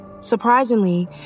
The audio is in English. Surprisingly